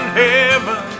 heaven